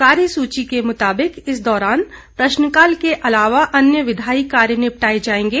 कार्यसुची के मुताबिक इस दौरान प्रश्नकाल के अलावा अन्य विधायी कार्य निपटाए जाएंगे